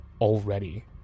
already